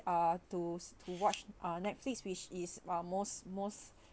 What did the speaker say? uh to to watch uh netflix which is uh most most